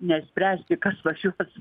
ne spręsti kas važiuos